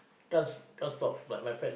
can't can't stop like my friend